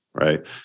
Right